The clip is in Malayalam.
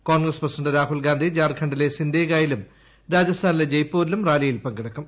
കോൺഗ്രസ് പ്രസിഡന്റ് രാഹുൽ ഗാന്ധി ജാർഖണ്ഡിലെ സിന്ദേഗായിലും രാജസ്ഥാനിലെ ജയ്പൂരിലും റാലിയിൽ പങ്കെടുക്കും